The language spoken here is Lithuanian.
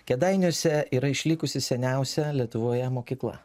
kėdainiuose yra išlikusi seniausia lietuvoje mokykla